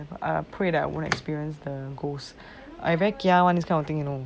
I pray that I won't experience the ghosts I very kia [one] this kind of thing you know